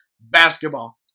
basketball